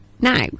now